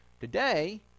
today